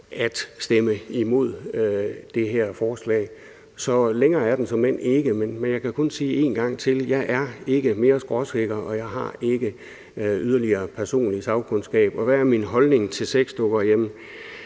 at stemme imod det her forslag. Så længere er den såmænd ikke. Men jeg kan kun sige det en gang til: Jeg er ikke skråsikker, og jeg har ikke yderligere personlig sagkundskab. Hvad er min holdning til sexdukker?